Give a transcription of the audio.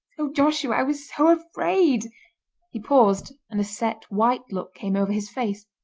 oh, joshua, i was so afraid he paused, and a set, white look came over his face.